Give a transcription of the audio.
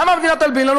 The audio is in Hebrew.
למה המדינה תלבין לנו?